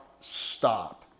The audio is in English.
stop